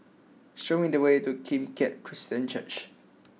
show me the way to Kim Keat Christian Church